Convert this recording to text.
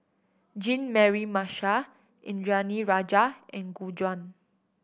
Jean Mary Marshall Indranee Rajah and Gu Juan